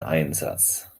einsatz